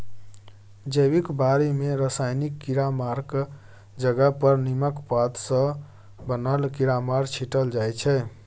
जैबिक बारी मे रासायनिक कीरामारक जगह पर नीमक पात सँ बनल कीरामार छीटल जाइ छै